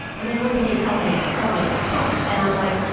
and then one day he called me ah called me a cunt, and i'm like,